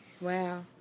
Wow